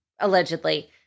allegedly